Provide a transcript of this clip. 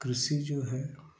कृषि जो है